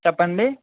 చెప్పండి